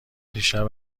دیشب